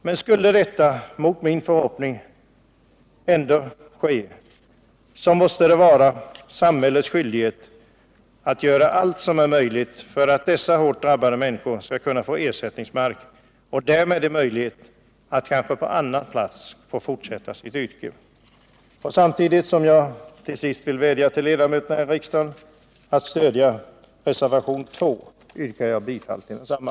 Men skulle detta mot min förhoppning ändå ske, måste det vara samhällets skyldighet att göra allt som är möjligt för att dessa hårt drabbade människor skall kunna få ersättningsmark och därmed en chans att kanske på annan plats fortsätta sitt yrke. Samtidigt som jag till sist vill vädja till kammarens ledamöter att stödja reservationen 2 yrkar jag bifall till densamma.